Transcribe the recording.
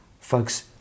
folks